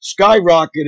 skyrocketed